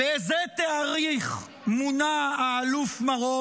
באיזה תאריך מונה האלוף מרום,